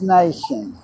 nation